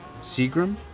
Seagram